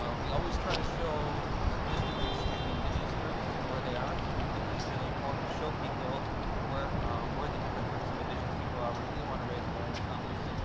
ah we always try to show kind of the distribution of the indigenous groups, where they are. so we think this is really important to show people where where the different groups some indigenous people are. we really want to raise awareness on this.